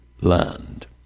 land